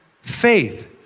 faith